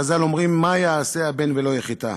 חז"ל אומרים: מה יעשה הבן ולא יחטא?